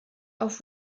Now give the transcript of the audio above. auf